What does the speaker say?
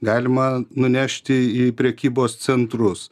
galima nunešti į prekybos centrus